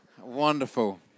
Wonderful